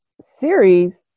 series